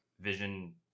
Vision